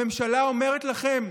הממשלה אומרת לכם,